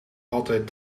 altijd